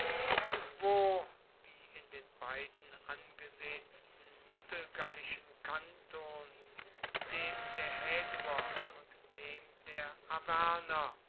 wo wie in den beiden angesehensten mittelgallischen kantons dem der häduer und dem der